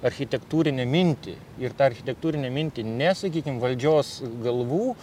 architektūrinę mintį ir tą architektūrinę mintį ne sakykim valdžios galvų